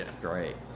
great